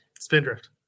Spindrift